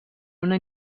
una